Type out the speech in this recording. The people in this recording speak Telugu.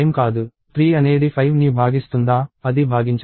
3 అనేది 5ని భాగిస్తుందా అది భాగించదు